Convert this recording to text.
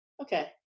Okay